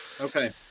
Okay